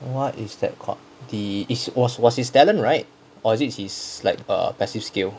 what is that called the is was was his talent right or was it like his passive skill